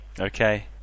Okay